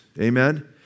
Amen